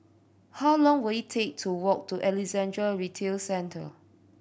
how long will it take to walk to Alexandra Retail Centre